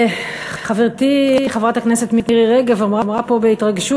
חברתי חברת הכנסת מירי רגב אמרה פה בהתרגשות: